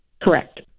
Correct